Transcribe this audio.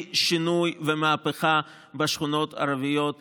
שינוי ומהפכה בשכונות הערביות בירושלים.